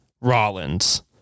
Rollins